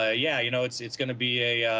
ah yeah you know it's it's going to be a ah.